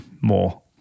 more